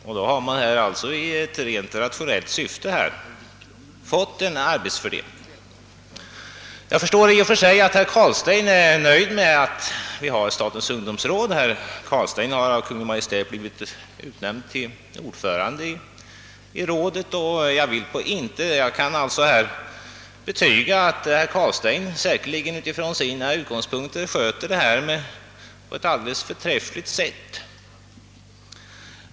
Man har gjort denna arbetsfördelning i rent rationellt syfte. Jag förstår att herr Carlstein är nöjd med att vi har statens ungdomsråd. Herr Carlstein har av Kungl. Maj:t blivit utnämnd till ordförande i rådet, och jag kan här betyga att herr Carlstein säkerligen från sina utgångspunkter sköter denna uppgift på ett alldeles förträffligt sätt.